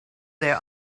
their